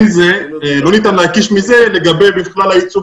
לא ניתן להקיש מזה לגבי בכלל הייצוג